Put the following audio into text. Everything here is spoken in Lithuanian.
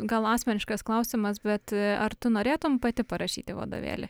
gal asmeniškas klausimas bet ar tu norėtum pati parašyti vadovėlį